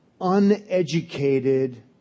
uneducated